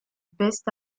peste